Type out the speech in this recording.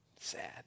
Sad